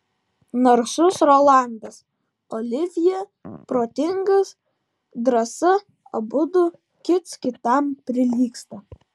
narsus rolandas olivjė protingas drąsa abudu kits kitam prilygsta